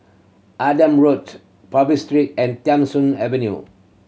Adam Road Purvis Street and Tham Soong Avenue